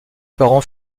parents